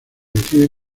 decide